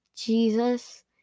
Jesus